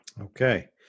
Okay